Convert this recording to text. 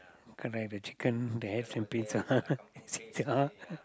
correct the chicken they have some pizza yeah